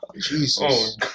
Jesus